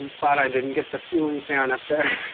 and glad i didn't get the ceiling fan up there.